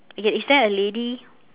okay is there a lady